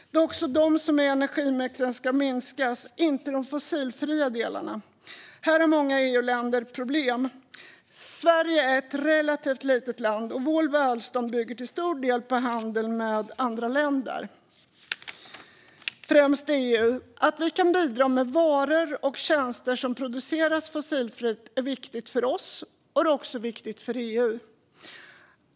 Det är också de som ska minskas i energimixen, inte de fossilfria delarna. Här har många EU-länder problem. Sverige är ett relativt litet land, och vårt välstånd bygger till stor del på handel med andra länder, främst EU. Att vi kan bidra med varor och tjänster som produceras fossilfritt är viktigt för oss, och det är också viktigt för EU.